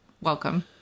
welcome